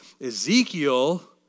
Ezekiel